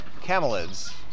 camelids